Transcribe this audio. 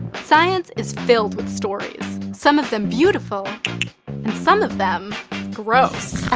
science is filled with stories, some of them beautiful, and some of them gross.